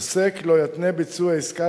עוסק לא יתנה ביצוע עסקה,